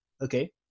okay